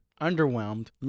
underwhelmed